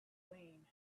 wayne